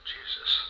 Jesus